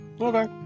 Okay